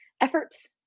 efforts